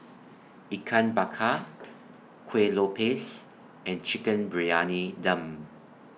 Ikan Bakar Kueh Lopes and Chicken Briyani Dum